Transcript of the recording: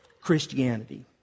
Christianity